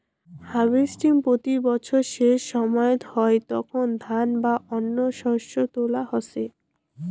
harvesting প্রতি বছর সেসময়ত হই যখন ধান বা অন্য শস্য তোলা হসে